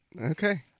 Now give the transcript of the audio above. Okay